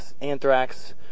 Anthrax